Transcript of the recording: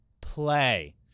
play